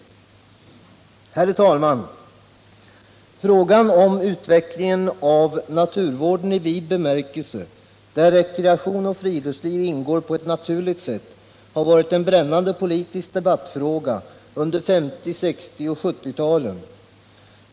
Herr talman! Utvecklingen av naturvården i vid bemärkelse, där rekreation och friluftsliv ingår på ett naturligt sätt, har varit en brännande politisk debattfråga under 1950-, 1960 och 1970-talen.